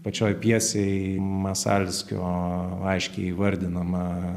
pačioj pjesei masalskio aiškiai įvardinama